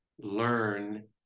learn